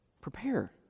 prepare